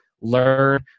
learn